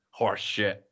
horseshit